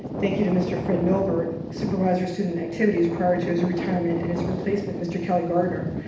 thank you to mr. fred milbert, supervisor student activities, prior to his retirement, and his replacement, mr. kelly gardner,